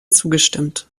zugestimmt